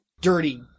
dirty